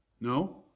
No